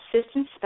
Assistance